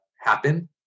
happen